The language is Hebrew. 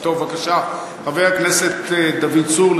בבקשה, חבר הכנסת דוד צור.